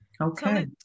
Okay